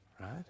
Right